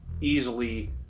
easily